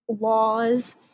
laws